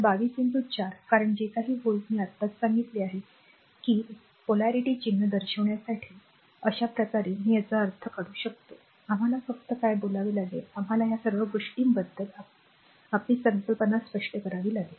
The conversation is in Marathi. तर 22 4 कारण जे काही व्होल्ट मी आत्ताच सांगितले आहे की ध्रुवीयता चिन्ह दर्शवण्यासाठी अशा प्रकारे मी याचा अर्थ असा करू शकतो की आम्हाला फक्त काय बोलावे लागेल आम्हाला या सर्व गोष्टींबद्दल आपली संकल्पना स्पष्ट करावी लागेल